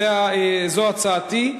זו הצעתי.